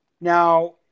now